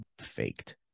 faked